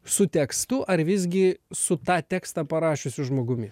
su tekstu ar visgi su tą tekstą parašiusiu žmogumi